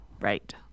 right